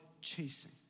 chasing